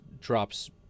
drops